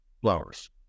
flowers